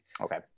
Okay